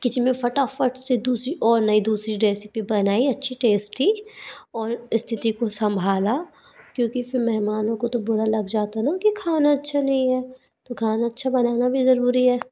kitchen में फ़टाफ़ट से दूसी ओ नई दूसरी रेसिपी बनाई अच्छी टेस्टी और स्थिति को संभाला क्योंकि फिर मेहमानों को तो बुरा लग जाता ना कि खाना अच्छा नहीं है तो खाना अच्छा बनाना भी ज़रूरी है